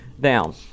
down